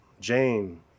Jane